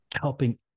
helping